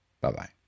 Bye-bye